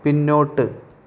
പിന്നോട്ട്